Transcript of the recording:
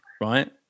right